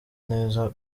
neza